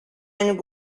and